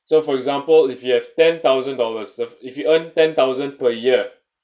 so for example if you have ten thousand dollars if if you earn ten thousand per year